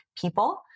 people